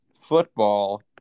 football